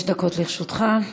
בבקשה, חמש דקות לרשותך.